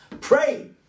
Pray